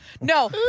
No